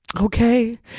okay